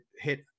hit